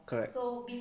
correct